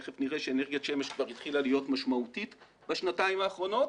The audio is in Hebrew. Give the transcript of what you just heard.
ותכף נראה שאנרגיית שמש כבר התחילה להיות משמעותית בשנתיים האחרונות.